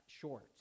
short